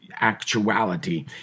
actuality